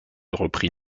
reprit